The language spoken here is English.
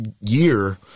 year